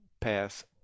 pass